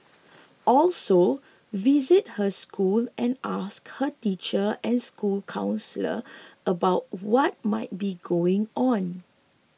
also visit her school and ask her teacher and school counsellor about what might be going on